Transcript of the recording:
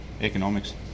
Economics